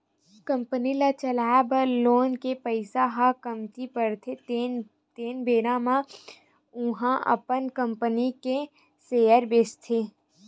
company ल चलाए बर लोन के पइसा ह कमती परथे तेन बेरा म ओहा अपन कंपनी के सेयर बेंचथे